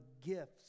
gifts